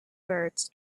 birds